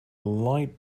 lied